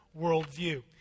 worldview